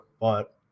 But-